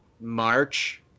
March